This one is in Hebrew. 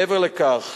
מעבר לכך,